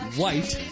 white